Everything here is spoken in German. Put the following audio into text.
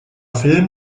film